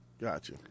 Gotcha